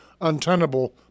untenable